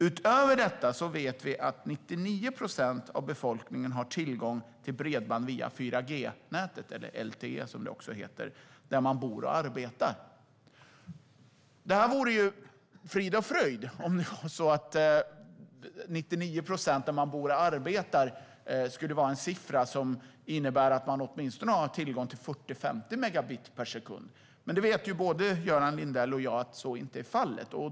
Vidare vet vi att 99 procent av befolkningen har tillgång till bredband via 4G-nätet, eller LTE som det också heter, där man bor och arbetar. Allt vore frid och fröjd om det innebar att dessa 99 procent hade tillgång till åtminstone 40-50 megabit per sekund. Men både Göran Lindell och jag vet att så inte är fallet.